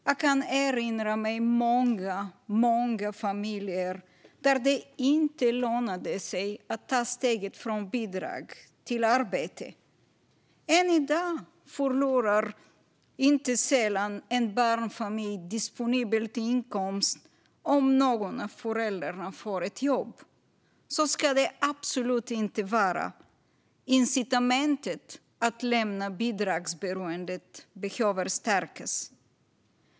Jag kan erinra mig många, många familjer för vilka det inte lönade sig att ta steget från bidrag till arbete. Än i dag förlorar inte sällan en barnfamilj disponibel inkomst om någon av föräldrarna får ett jobb. Så ska det absolut inte vara. Incitamentet för att lämna bidragsberoendet behöver stärkas.